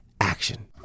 action